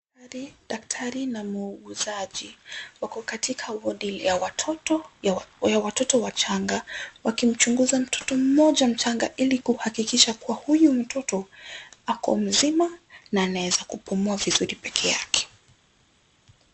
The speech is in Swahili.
Daktari na muuguzaji wako katika wodi ya watoto wachanga wakimchunguza mtoto mmoja mchanga ili kuhakikisha kuwa huyu mtoto ako mzima na anaweza kupumua vizuri peke yake.